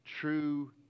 true